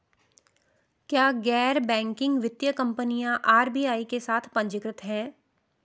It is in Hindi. क्या गैर बैंकिंग वित्तीय कंपनियां आर.बी.आई के साथ पंजीकृत हैं?